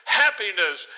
happiness